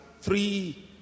three